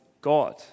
God